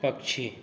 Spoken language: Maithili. पक्षी